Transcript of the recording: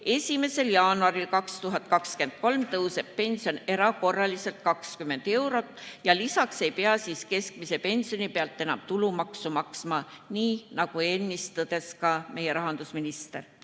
1. jaanuaril 2023 tõuseb pension erakorraliselt 20 eurot ja lisaks ei pea siis keskmise pensioni pealt tulumaksu maksma, nii nagu ennist tõdes ka meie rahandusminister.